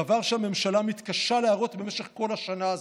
דבר שהממשלה מתקשה להראות במשך כל השנה הזאת.